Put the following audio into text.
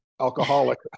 alcoholic